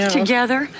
together